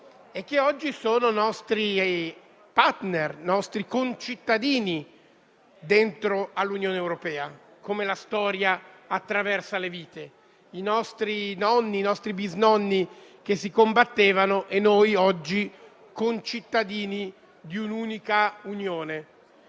e che oggi sono nostri *partner*, nostri concittadini all'interno dell'Unione europea. Così la storia attraversa le vite: i nostri nonni e i nostri bisnonni si combattevano e noi oggi siamo concittadini di un'unica Unione.